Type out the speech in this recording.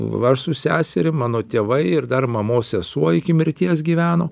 aš su seserim mano tėvai ir dar mamos sesuo iki mirties gyveno